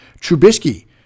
Trubisky